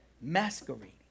masquerading